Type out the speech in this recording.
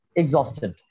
exhausted